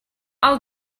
i’ll